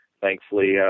thankfully